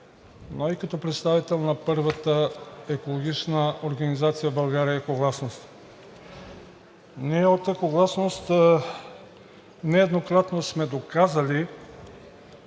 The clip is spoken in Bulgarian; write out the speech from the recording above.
но и като представител на първата екологична организация в България „Екогласност“. Ние от „Екогласност“ нееднократно сме доказали,